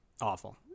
Awful